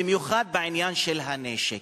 במיוחד בעניין של הנשק.